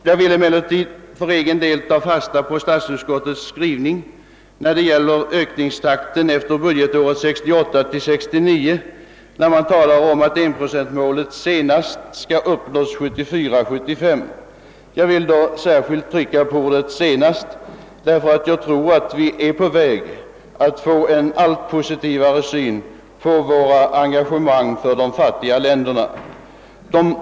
Jag vill emellertid för egen del ta fasta på statsutskottets skrivning beträffande ökningstakten efter budgetåret 1968 75. Då vill jag särskilt trycka på ordet senast, därför att jag tror att vi är på väg att få en alltmera positiv syn på vårt engagemang för de fattiga länderna.